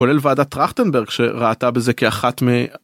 כולל ועדת טרכטנברג, שראתה בזה כאחת מ